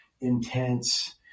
intense